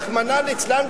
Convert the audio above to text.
רחמנא ליצלן,